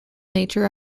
nature